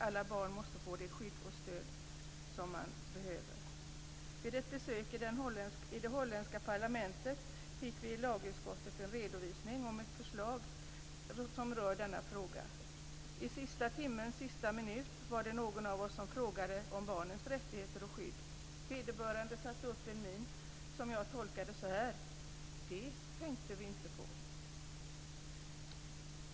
Alla barn måste få det skydd och stöd som de behöver. Vid ett besök i det holländska parlamentet fick vi i lagutskottet en redovisning av ett förslag som rör denna fråga. I sista timmens sista minut var det någon av oss som frågade om barnens rättigheter och skydd. Vederbörande satte upp en min som jag tolkade så här: Det tänkte vi inte på.